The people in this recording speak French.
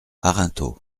arinthod